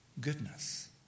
goodness